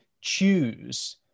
choose